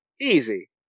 Easy